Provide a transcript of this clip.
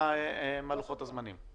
מה לוחות הזמנים?